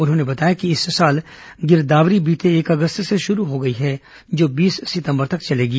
उन्होंने बताया कि इस साल गिरदावरी बीते एक अगस्त से शुरू हो गई है जो बीस सितंबर तक चलेगी